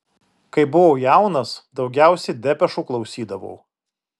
kai buvau jaunas daugiausiai depešų klausydavau